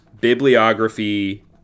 bibliography